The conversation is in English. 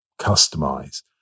customize